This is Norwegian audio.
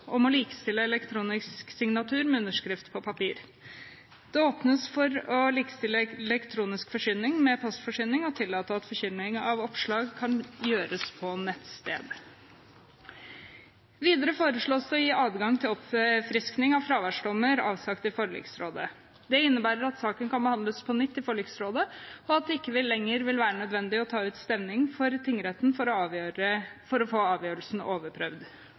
om å likestille elektronisk signatur med underskrift på papir. Det åpnes for å likestille elektronisk forkynning med postforkynning og å tillate at forkynning av oppslag kan gjøres på et nettsted. Videre foreslås det å gi adgang til oppfriskning av fraværsdommer avsagt i forliksrådet. Det innebærer at saken kan behandles på nytt i forliksrådet, og at det ikke lenger vil være nødvendig å ta ut stevning for tingretten for å få avgjørelsen overprøvd. For å